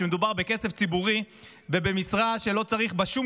כשמדובר בכסף ציבורי ובמשרה שלא צריך בה שום